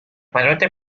paljude